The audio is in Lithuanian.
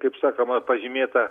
kaip sakoma pažymėta